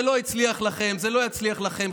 זה לא הצליח לכם, זה לא יצליח לכם.